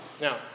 Now